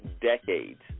decades